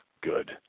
good